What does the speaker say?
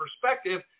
perspective